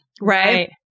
Right